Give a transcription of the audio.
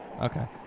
okay